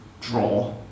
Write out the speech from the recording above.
draw